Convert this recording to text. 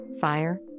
fire